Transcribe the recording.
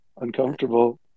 Uncomfortable